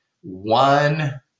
One